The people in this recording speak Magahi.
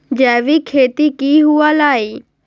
जैविक खेती की हुआ लाई?